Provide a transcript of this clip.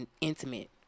intimate